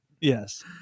Yes